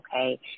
okay